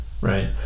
Right